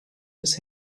miss